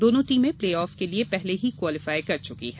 दोनों टीमें प्लेऑफ के लिए पहले ही क्वालिफॉई कर चुकी हैं